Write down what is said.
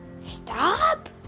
stop